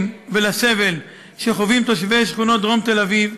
ולסבל שחווים תושבי שכונות דרום תל-אביב.